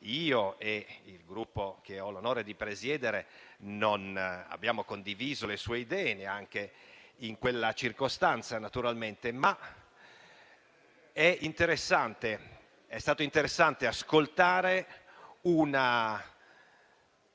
io e il Gruppo che ho l'onore di presiedere non abbiamo condiviso le sue idee neanche in quella circostanza. Ma è stato interessante conoscere la